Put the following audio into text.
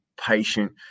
patient